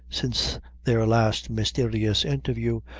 since their last mysterious interview,